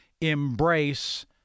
embrace